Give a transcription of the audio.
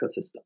ecosystem